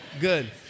good